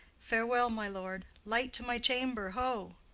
farewell, my lord light to my chamber, ho!